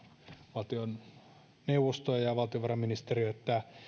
valtioneuvostoa ja valtiovarainministeriötä